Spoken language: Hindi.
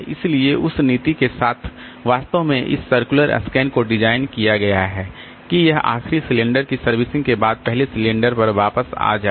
इसलिए उस नीति के साथ वास्तव में इस सर्कुलर स्कैन को डिजाइन किया गया है कि यह आखिरी सिलेंडर की सर्विसिंग के बाद पहले सिलेंडर पर वापस आ जाए